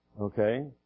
okay